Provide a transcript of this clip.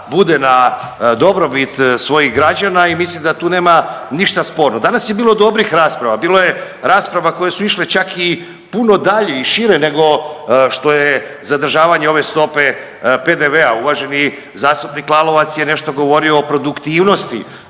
bude na dobrobit svojih građana i mislim da tu nema ništa sporno. Danas je bilo dobrih rasprava, bilo je rasprava koje su išle čak i puno dalje i šire nego što je zadržavanje ove stope PVD-a. Uvaženi zastupnik Lalovac je nešto govorio o produktivnosti,